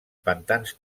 pantans